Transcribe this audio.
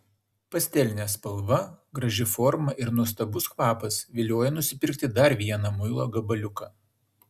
pastelinė spalva graži forma ir nuostabus kvapas vilioja nusipirkti dar vieną muilo gabaliuką